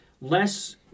less